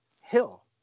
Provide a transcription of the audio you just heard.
hill